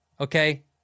okay—